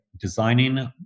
designing